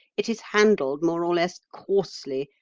it is handled more or less coarsely,